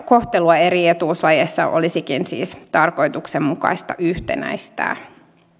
kohtelua eri etuuslajeissa olisikin tarkoituksenmukaista yhtenäistää